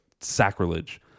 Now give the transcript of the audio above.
sacrilege